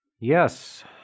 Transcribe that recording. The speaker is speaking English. Yes